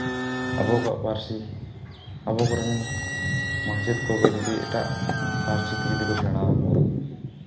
ᱟᱵᱚ ᱠᱚᱣᱟᱜ ᱯᱟᱹᱨᱥᱤ ᱟᱵᱚ ᱠᱚᱨᱮᱱ ᱢᱟᱪᱮᱛ ᱠᱚᱜᱮ ᱡᱩᱫᱤ ᱮᱴᱟᱜ ᱯᱟᱹᱨᱥᱤᱛᱮ ᱡᱩᱫᱤ ᱠᱚ ᱥᱮᱬᱟ ᱟᱠᱚᱣᱟ